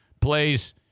plays